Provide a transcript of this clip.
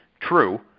True